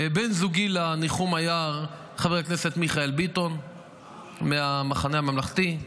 בן זוגי לניחום היה חבר הכנסת מיכאל ביטון מהמחנה הממלכתי,